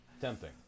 Tempting